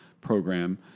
program